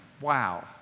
wow